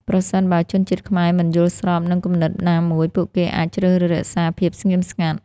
ប្រសិនបើជនជាតិខ្មែរមិនយល់ស្របនឹងគំនិតណាមួយ ពួកគេអាចជ្រើសរើសរក្សាភាពស្ងៀមស្ងាត់។